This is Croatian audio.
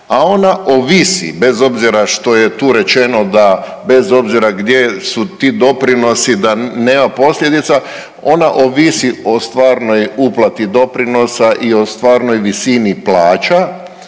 a ona ovisi bez obzira što je tu rečeno da bez obzira gdje su ti doprinosi da nema posljedica, ona ovisi o stvarnoj uplati doprinosa i o stvarnoj visini plaća